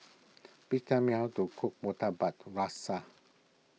please tell me how to cook Murtabak Rusa